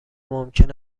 ممکن